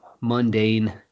mundane –